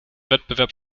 wettbewerb